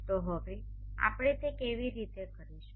તો હવે આપણે તે કેવી રીતે કરીશું